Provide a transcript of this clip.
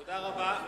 תודה רבה.